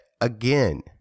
again